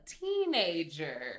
teenager